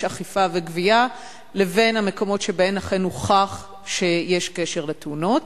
אכיפה וגבייה לבין המקומות שבהם אכן הוכח שיש קשר לתאונות.